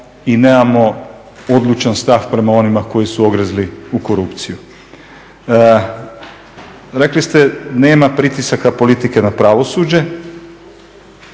i nemamo odlučan stav prema onima koji su ogrezli u korupciju. Rekli ste nema pritisaka politike na pravosuđe.